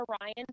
Ryan